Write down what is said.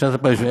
בשנת 2017,